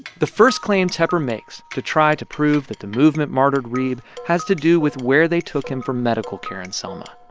the first claim tepper makes to try to prove that the movement martyred reeb has to do with where they took him for medical care in selma.